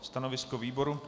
Stanovisko výboru?